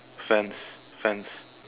fence fence